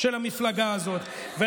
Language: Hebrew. של המפלגה הזאת.